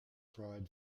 pride